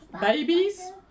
babies